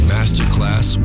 Masterclass